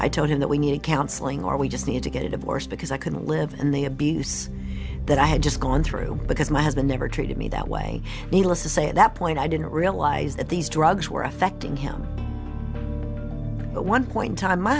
i told him that we needed counseling or we just need to get a divorce because i couldn't live in the abuse that i had just gone through because my husband never treated me that way needless to say at that point i didn't realize that these drugs were affecting him one point time my